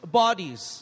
bodies